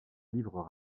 livres